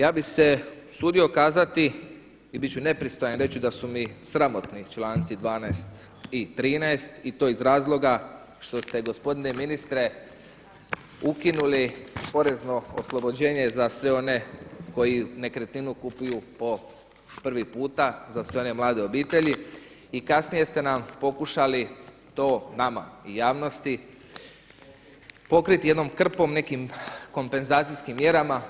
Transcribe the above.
Ja bih se usudio kazati i bit ću nepristojan i reći da su mi sramotni članci 12. i 13. i to iz razloga što ste, gospodine ministre, ukinuli porezno oslobođenje za sve one koji nekretninu kupuju po prvi puta, za sve one mlade obitelji, i kasnije ste nam pokušali to nama i javnosti pokriti jednom krpom nekim kompenzacijskim mjerama.